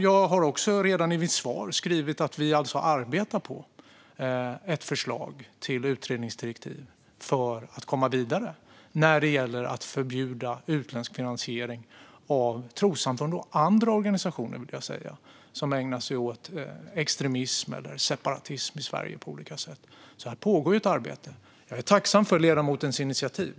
Jag tog upp i mitt svar att vi arbetar på ett förslag till utredningsdirektiv för att komma vidare när det gäller att förbjuda utländsk finansiering av trossamfund och andra organisationer som ägnar sig åt extremism eller separatism i Sverige. Här pågår ett arbete. Jag är tacksam för ledamotens initiativ.